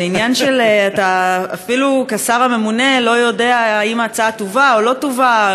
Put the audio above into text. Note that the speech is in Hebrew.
אתה אפילו כשר הממונה לא יודע האם ההצעה תובא או לא תובא,